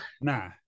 Nah